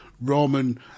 Roman